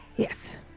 Yes